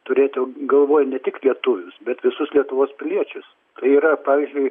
turėti galvoj ne tik lietuvius bet visus lietuvos piliečius yra pavyzdžiui